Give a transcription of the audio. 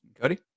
cody